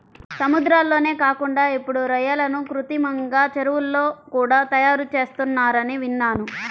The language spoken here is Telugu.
సముద్రాల్లోనే కాకుండా ఇప్పుడు రొయ్యలను కృత్రిమంగా చెరువుల్లో కూడా తయారుచేత్తన్నారని విన్నాను